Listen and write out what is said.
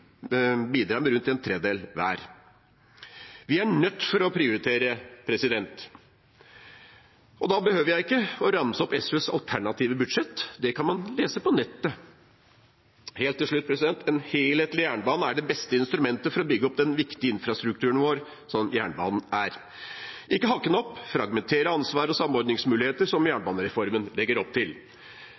bidrar med rundt en tredjedel hver. Vi er nødt til å prioritere, og da behøver jeg ikke å ramse opp SVs alternative budsjett. Det kan man lese på nettet. Helt til slutt: En helhetlig jernbane er det beste instrumentet for å bygge opp den viktige infrastrukturen som jernbanen vår er – ikke hakke den opp og fragmentere ansvar og samordningsmuligheter, som jernbanereformen legger opp til.